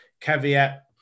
caveat